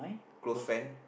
close friend